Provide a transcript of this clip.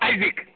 Isaac